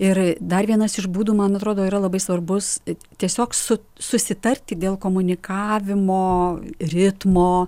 ir dar vienas iš būdų man atrodo yra labai svarbus tiesiog su susitarti dėl komunikavimo ritmo